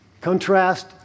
Contrast